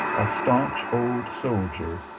a staunch old soldier,